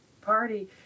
party